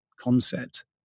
concept